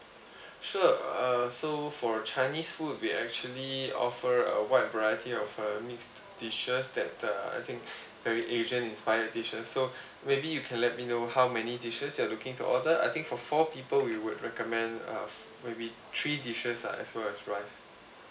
sure uh so for chinese food we actually offer a wide variety of uh mixed dishes that the I think very asian inspired dishes so maybe you can let me know how many dishes you are looking to order I think for four people we would recommend uh maybe three dishes uh as well as rice